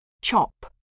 Chop